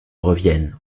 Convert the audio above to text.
revienne